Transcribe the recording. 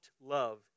love